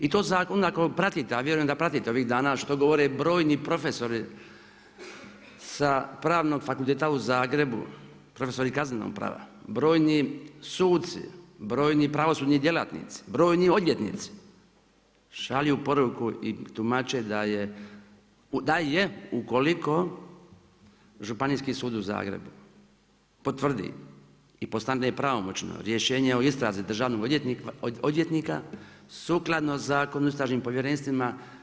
I to zakon ako pratite, a vjerujem da pratite ovih dana što govore brojni profesori sa Pravnog fakulteta u Zagrebu, profesori Kaznenog prava, brojni suci, brojni pravosudni djelatnici, brojni odvjetnici šalju poruku i tumače da je ukoliko Županijski sud u Zagrebu potvrdi i postane pravomoćno rješenje o istrazi Državnog odvjetnika sukladno Zakonu o istražnom povjerenstvima.